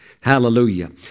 Hallelujah